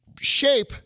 shape